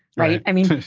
right. i mean right?